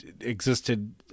existed